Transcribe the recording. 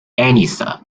elisa